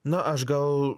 na aš gal